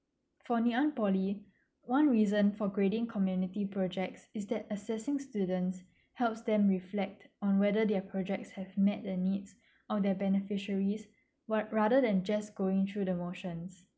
for Ngee-Ann Poly one reason for grading community projects is that assessing students helps them reflect on whether their projects have met the needs or the beneficiaries what rather than just going through the motion